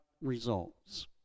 results